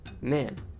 Man